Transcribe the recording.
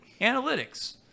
Analytics